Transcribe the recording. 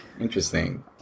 Interesting